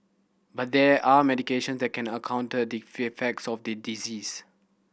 but there are medication that can a counter the effects of the disease